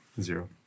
Zero